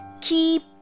keep